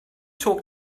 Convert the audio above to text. talk